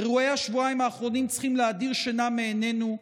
אירועי השבועיים האחרונים צריכים להדיר שינה מעינינו.